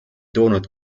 toonud